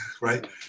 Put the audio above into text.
right